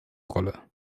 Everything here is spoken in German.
rolle